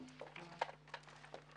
הישיבה